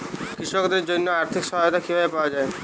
কৃষকদের জন্য আর্থিক সহায়তা কিভাবে পাওয়া য়ায়?